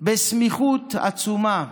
בסמיכות עצומה.